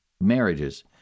marriages